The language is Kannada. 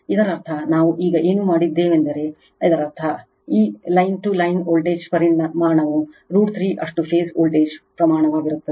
ಇದರರ್ಥ ನಾವು ಈಗ ಏನು ಮಾಡಿದ್ದೇವೆಂದರೆ ಇದರರ್ಥ ಆ ಲೈನ್ ಟು ಲೈನ್ ವೋಲ್ಟೇಜ್ ಪರಿಮಾಣವು ರೂಟ್ 3 ಅಷ್ಟು ಫೇಸ್ ವೋಲ್ಟೇಜ್ ಪ್ರಮಾಣವಾಗಿರುತ್ತದೆ